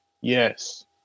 Yes